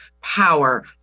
power